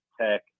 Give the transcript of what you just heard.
tech